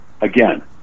again